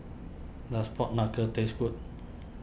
does Pork Knuckle taste good